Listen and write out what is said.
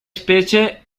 specie